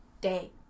day